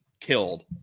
killed